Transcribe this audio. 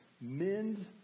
mend